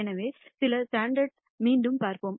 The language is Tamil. எனவே சில ஸ்டாண்டர்ட்களை மீண்டும் பார்ப்போம்